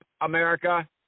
America